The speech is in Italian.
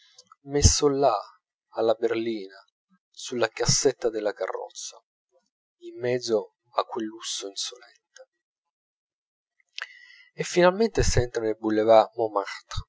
messo là alla berlina sulla cassetta della carrozza in mezzo a quel lusso insolente e finalmente s'entra nel boulevard montmartre